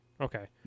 okay